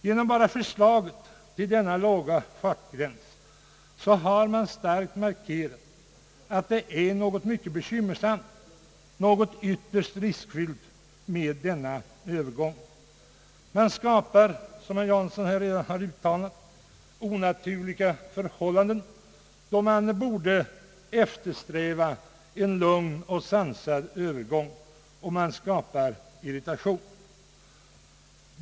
Genom bara förslaget till denna låga fartgräns har man starkt markerat att det är något mycket bekymmersamt och ytterst riskfyllt med denna övergång. Man skapar, som herr Jansson redan har uttalat, onaturliga förhållanden, då man i stället borde eftersträva en lugn och sansad övergång. Man skapar irritation.